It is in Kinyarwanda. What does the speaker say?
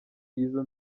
y’izo